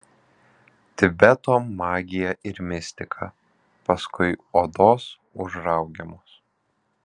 tibeto magija ir mistika paskui odos užraugiamos